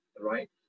right